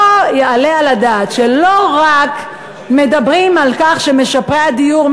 לא יעלה על הדעת שלא רק מדברים על כך שמשפרי הדיור,